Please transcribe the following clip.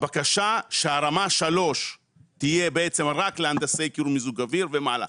הבקשה היא שרמה 3 תהיה בעצם רק להנדסאי קירור ומיזוג אוויר ומעלה.